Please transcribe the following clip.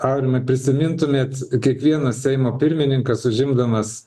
aurimai prisimintumėt kiekvienas seimo pirmininkas užimdamas